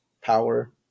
power